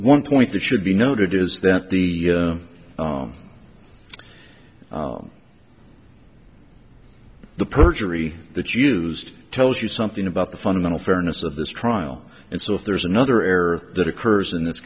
one point that should be noted is that the the perjury that used tells you something about the fundamental fairness of this trial and so if there's another error that occurs in this